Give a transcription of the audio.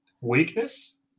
weakness